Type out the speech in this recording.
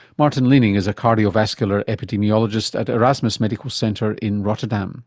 maarten leening is a cardiovascular epidemiologist at erasmus medical centre in rotterdam